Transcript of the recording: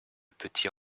petit